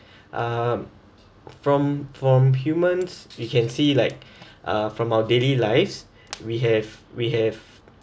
um from from humans you can see like uh from our daily lives we have we have